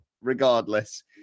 regardless